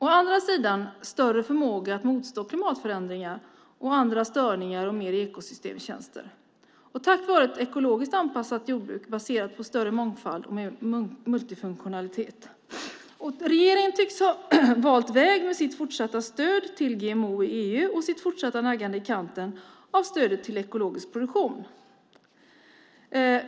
Å andra sidan har vi en större förmåga att motstå klimatförändringar och andra störningar genom fler ekosystemtjänster och tack vare ett ekologiskt anpassat jordbruk baserat på större mångfald med multifunktionalitet. Regeringen tycks ha valt väg med sitt fortsatta stöd till GMO i EU och sitt fortsatta naggande i kanten av stödet till ekologisk produktion.